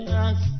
Yes